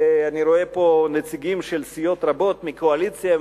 ואני רואה פה נציגים של סיעות רבות מהקואליציה,